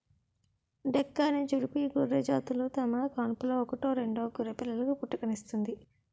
డెక్కాని, జుడిపి గొర్రెజాతులు తన కాన్పులో ఒకటో రెండో గొర్రెపిల్లలకు పుట్టుకనిస్తుంది